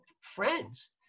friends